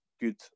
good